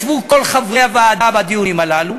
ישבו כל חברי הוועדה בדיונים הללו,